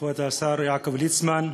כבוד השר יעקב ליצמן,